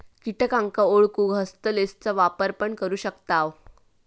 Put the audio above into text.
किटांका ओळखूक हस्तलेंसचा वापर पण करू शकताव